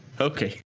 Okay